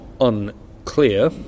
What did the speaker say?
unclear